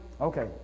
Okay